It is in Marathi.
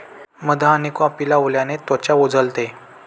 मध आणि कॉफी लावल्याने त्वचा उजळते